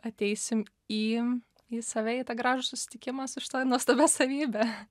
ateisim į į save į tą gražų susitikimą su šita nuostabia savybe